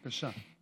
בבקשה.